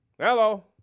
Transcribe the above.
Hello